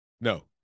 No